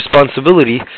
responsibility